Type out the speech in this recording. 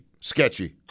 sketchy